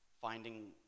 finding